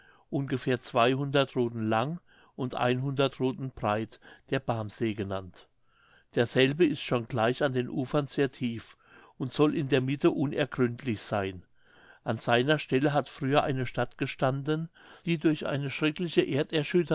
ungefähr ruthen lang und ruthen breit der barmsee genannt derselbe ist schon gleich an den ufern sehr tief und soll in der mitte unergründlich seyn an seiner stelle hat früher eine stadt gestanden die durch eine schreckliche